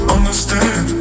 Understand